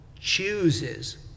chooses